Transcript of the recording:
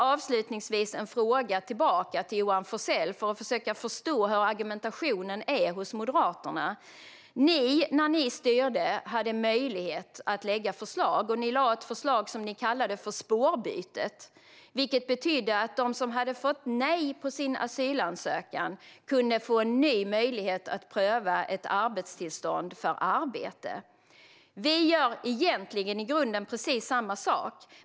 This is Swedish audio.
Avslutningsvis har jag en fråga till Johan Forsell, för att försöka förstå Moderaternas argumentation. När ni styrde hade ni möjlighet att lägga fram förslag. Ni lade fram ett förslag som ni kallade för spårbytet. Det betydde att de som hade fått nej på sin asylansökan kunde få en ny möjlighet att prövas för ett arbetstillstånd. Vi gör egentligen i grunden precis samma sak.